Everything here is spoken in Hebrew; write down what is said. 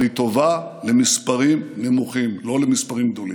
אבל היא טובה למספרים קטנים, לא למספרים גדולים.